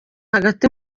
hagati